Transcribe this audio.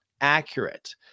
accurate